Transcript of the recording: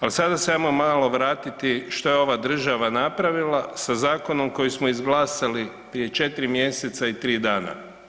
Ali sada samo malo vratiti što je ova država napravila sa zakonom koji smo izglasali prije 4 mjeseca i 3 dana.